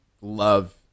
love